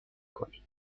کنی